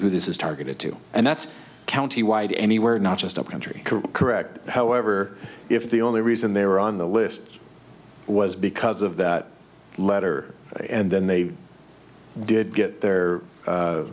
who this is targeted to and that's county wide anywhere not just up country correct however if the only reason they were on the list was because of that letter and then they did get their